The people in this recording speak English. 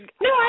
no